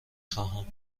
خواهم